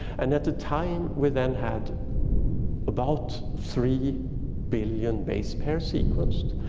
and at the time, we then had about three billion base pair sequenced.